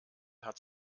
hat